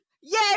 yay